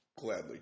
gladly